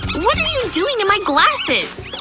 what are you doing to my glasses?